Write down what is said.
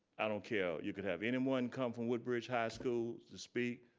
i don't care you could have anyone come from woodbridge high school to speak,